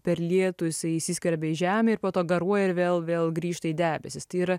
per lietų jisai įsiskverbia į žemę ir po to garuoja ir vėl vėl grįžta į debesis tai yra